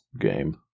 game